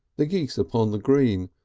the geese upon the green,